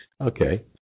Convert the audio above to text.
Okay